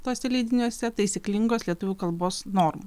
tuose leidiniuose taisyklingos lietuvių kalbos normų